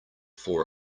four